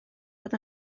bod